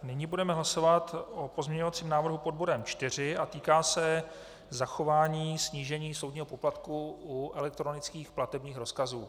Nyní budeme hlasovat o pozměňovacím návrhu pod bodem 4, týká se zachování snížení soudního poplatku u elektronických platebních rozkazů.